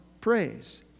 praise